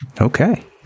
Okay